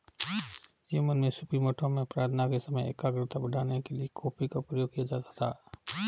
Yemen में सूफी मठों में प्रार्थना के समय एकाग्रता बढ़ाने के लिए कॉफी का प्रयोग किया जाता था